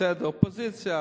בסדר, אופוזיציה,